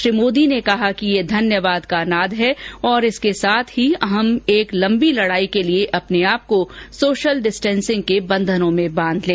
श्री मोदी ने कहा कि ये धन्यवाद का नाद है और इसके साथ ही हम एक लम्बी लड़ाई के लिए अपने आपको सोशल डिस्टेंसिंग के बंधनों में बांध लें